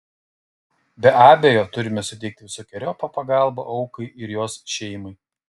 be abejo turime suteikti visokeriopą pagalbą aukai ir jos šeimai